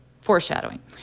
Foreshadowing